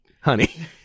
honey